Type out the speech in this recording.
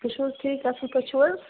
تُہی چھُو حظ ٹھیٖک اَصٕل پٲٹھۍ چھُو حظ